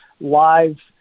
live